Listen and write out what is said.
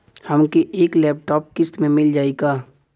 हमके एक लैपटॉप किस्त मे मिल जाई का?